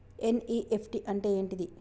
NEFT అంటే ఏంటిది?